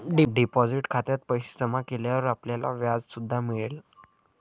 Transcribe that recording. deposit खात्यात पैसे जमा केल्यावर आपल्याला व्याज सुद्धा मिळेल